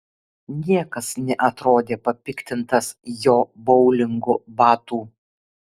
niekas neatrodė papiktintas jo boulingo batų